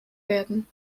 werden